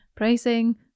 pricing